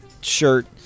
shirt